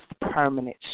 permanent